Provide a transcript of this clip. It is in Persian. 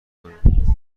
کنم